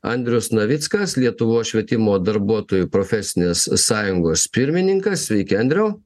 andrius navickas lietuvos švietimo darbuotojų profesinės sąjungos pirmininkas sveiki andriau